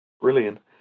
brilliant